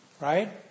right